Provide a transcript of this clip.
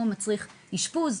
מצריך אשפוז,